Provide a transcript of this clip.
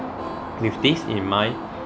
with this in mind